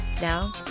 Now